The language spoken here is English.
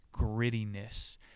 grittiness